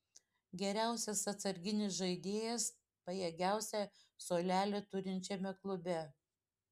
geriausias atsarginis žaidėjas pajėgiausią suolelį turinčiame klube